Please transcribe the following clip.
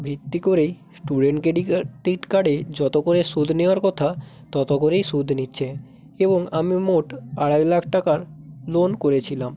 ভিত্তি করেই student credit কা টিট কার্ডে যতো করে সুদ নেওয়ার কথা তত করেই সুদ নিচ্ছে এবং আমি মোট আড়াই লাখ টাকার লোন করেছিলাম